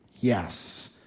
Yes